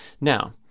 Now